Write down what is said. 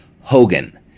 Hogan